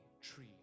tree